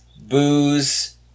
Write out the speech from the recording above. booze